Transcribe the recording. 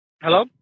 Hello